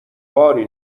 باری